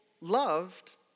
loved